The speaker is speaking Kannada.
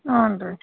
ಹ್ಞೂನ್ ರೀ